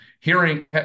hearing